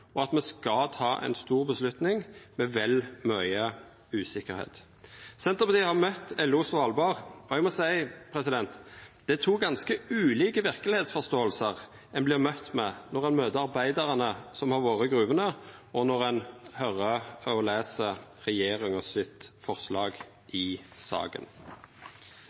og at me skal ta ei stor avgjerd med vel mykje usikkerheit. Senterpartiet har møtt LO Svalbard, og eg må seia: Det er to ganske ulike verkelegheitsforståingar ein vert møtt med når ein møter arbeidarane som har vore i gruvene, og når ein høyrer og les forslaget frå regjeringa i saka.